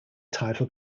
title